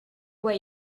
why